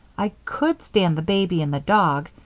i could stand the baby and the dog.